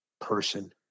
person